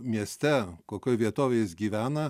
mieste kokioj vietovėj jis gyvena